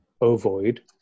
ovoid